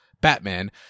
Batman